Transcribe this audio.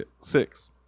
six